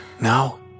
now